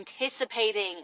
anticipating